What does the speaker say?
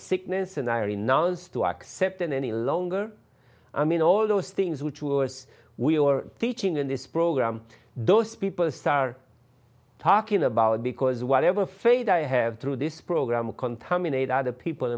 sickness and i renounce to accepting any longer i mean all those things which was we were teaching in this program those people start talking about because whatever faith i have through this program contaminate other people